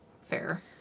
fair